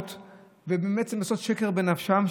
ולהטות ובעצם לעשות שקר בנפשם.